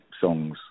songs